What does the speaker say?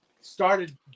Started